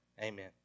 Amen